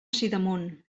sidamon